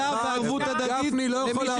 גפני דואג